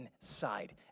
inside